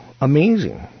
Amazing